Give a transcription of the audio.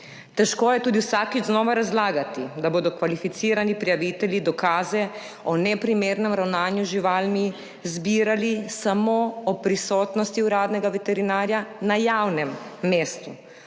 Težko je tudi vsakič znova razlagati, da bodo kvalificirani prijavitelji dokaze o neprimernem ravnanju z živalmi zbirali samo ob prisotnosti uradnega veterinarja, na javnem mestu,